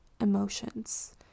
emotions